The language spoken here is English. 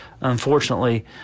unfortunately